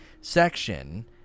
section